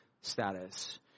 status